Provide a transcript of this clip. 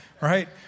right